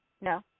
No